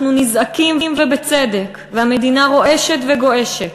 אנחנו נזעקים, ובצדק, והמדינה רועשת וגועשת,